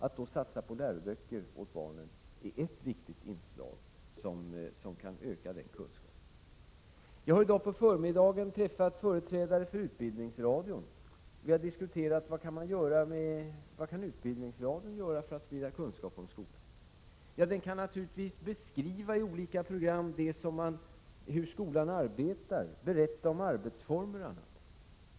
Att då satsa på läroböcker åt barnen är ett viktigt inslag som kan öka den kunskapen. Jag har i dag på förmiddagen träffat företrädare för Utbildningsradion. Vi har diskuterat vad Utbildningsradion kan göra för att sprida kunskap om skolan. Den kan naturligtvis i olika program beskriva hur skolan arbetar, berätta om arbetsformerna.